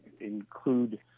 include